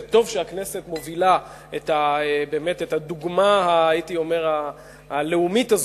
זה טוב שהכנסת מובילה את הדוגמה הלאומית הזאת.